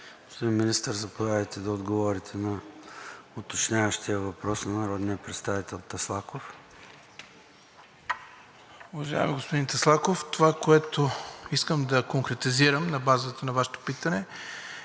Господин Министър, Заповядайте да отговорите на уточняващия въпрос на народния представител Таслаков.